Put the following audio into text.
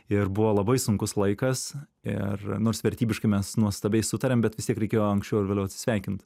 ir buvo labai sunkus laikas ir nors vertybiškai mes nuostabiai sutarėm bet vis tiek reikėjo anksčiau ar vėliau atsisveikint